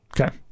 Okay